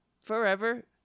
forever